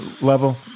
level